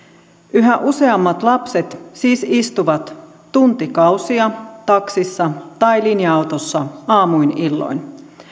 yhä useammat lapset siis istuvat tuntikausia taksissa tai linja autossa aamuin illoin